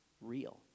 real